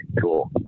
cool